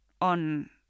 on